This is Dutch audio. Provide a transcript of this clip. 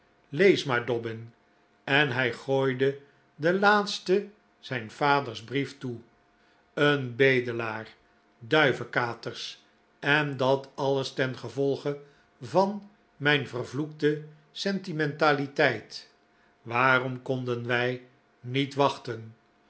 lees maar dobbin en hij gooide den laatste zijn vaders brief toe een bedelaar duivekaters en dat alles tengevolge van mijn vervloekte sentimentaliteit waarom konden wij niet wachten